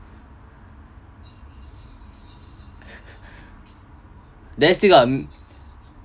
then still got